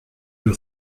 you